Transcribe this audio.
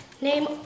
Name